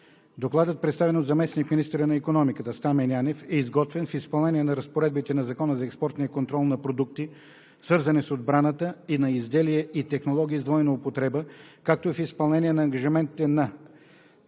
Докладът, представен от заместник-министъра на икономиката Стамен Янев, е изготвен в изпълнение на разпоредбите на Закона за експортния контрол на продукти, свързани с отбраната, и на изделия и технологии с двойна употреба, както и в изпълнение на ангажиментите на Република България